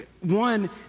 one